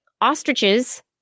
ostriches